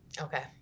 Okay